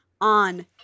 on